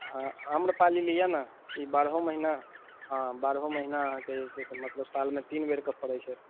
हँ आम्रपाली लिअ ने ई बारहो महीना हँ बारहो महीना अहाँकेँ जे छै से सालमे तीन बेरके फड़ैत छै